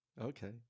Okay